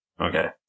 Okay